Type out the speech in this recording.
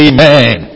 Amen